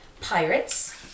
pirates